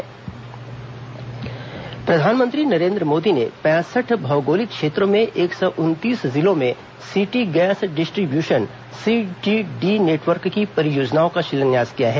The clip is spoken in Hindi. प्रधानमंत्री सीजीडी नेटवर्क प्रधानमंत्री नरेन्द्र मोदी ने पैंसठ भौगोलिक क्षेत्रों में एक सौ उनतीस जिलों में city gas distribution CGD network की परियोजनाओं का शिलान्यास किया है